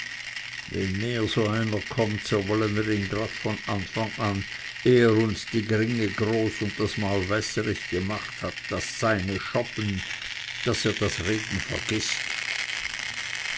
wenn mehr so einer kömmt so wollen wir ihm grad von anfang ehe er uns die gringe groß und das maul wässerig gemacht hat das seine schoppen daß er das reden vergißt